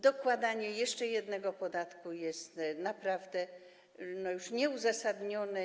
Dokładanie jeszcze jednego podatku jest naprawdę nieuzasadnione.